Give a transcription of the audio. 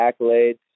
accolades